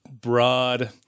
Broad